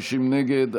60 נגד.